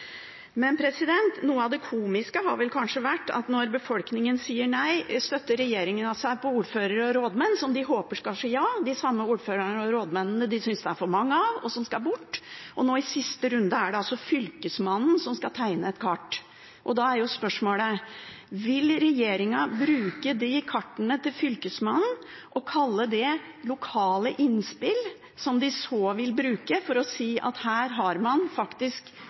Men noe av det komiske har vel kanskje vært at når befolkningen sier nei, så støtter regjeringen seg på ordførere og rådmenn, som de håper skal si ja – de samme ordførerne og rådmennene de synes det er for mange av, og som skal bort. Og nå i siste runde er det altså Fylkesmannen som skal tegne et kart. Og da er jo spørsmålet: Vil regjeringen bruke de kartene til Fylkesmannen og kalle det lokale innspill, som de så vil bruke for å si at her har man faktisk